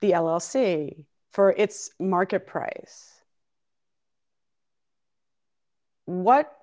the l l c for its market price what